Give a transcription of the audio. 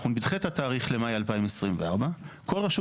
אנחנו נדחה את התאריך למאי 2024. כל רשות